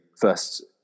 first